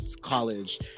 college